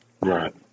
Right